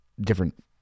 different